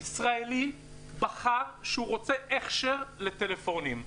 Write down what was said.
ישראלי בחר שהוא רוצה הכשר לטלפונים.